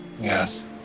Yes